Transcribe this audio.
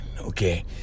okay